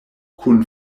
kun